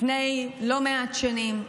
לפני לא מעט שנים,